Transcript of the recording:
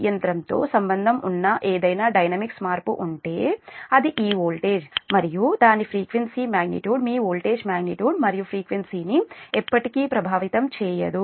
యంత్రం తో సంబంధం ఉన్న ఏదైనా డైనమిక్స్ మార్పు ఉంటే అది ఈ వోల్టేజ్ మరియు దాని ఫ్రీక్వెన్సీ మాగ్నిట్యూడ్ మీ వోల్టేజ్ మాగ్నిట్యూడ్ మరియు ఫ్రీక్వెన్సీని ఎప్పటికీ ప్రభావితం చేయదు